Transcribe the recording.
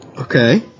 Okay